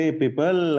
people